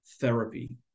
therapy